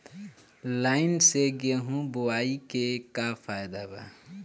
Line से गेहूं बोआई के का फायदा बा?